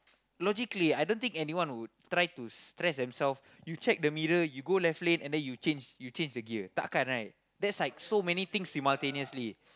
logically I don't think anyone would try to stress themselves you check the middle you go left lane then you change you change the gear tak kan right that's like so many things simultaneously